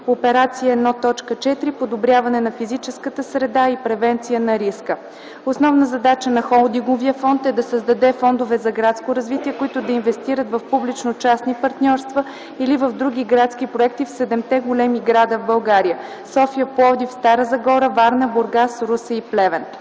Операция 1.4 „Подобряване на физическата среда и превенция на риска”. Основна задача на Холдинговия фонд е да създаде фондове за градско развитие, които да инвестират в публично-частни партньорства или в други градски проекти в седемте големи града в България – София, Пловдив, Стара Загора, Варна, Бургас, Русе и Плевен.